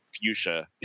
fuchsia